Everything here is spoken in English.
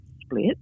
split